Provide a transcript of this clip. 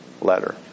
letter